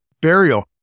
burial